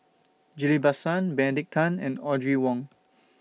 Ghillie BaSan Benedict Tan and Audrey Wong